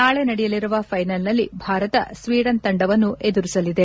ನಾಳೆ ನಡೆಯಲಿರುವ ಫ್ಲೆನಲ್ನಲ್ಲಿ ಭಾರತ ಸ್ನೀಡನ್ ತಂಡವನ್ನು ಎದುರಿಸಲಿದೆ